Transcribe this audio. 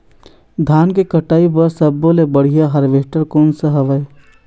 धान के कटाई बर सब्बो ले बढ़िया हारवेस्ट कोन सा हवए?